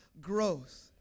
growth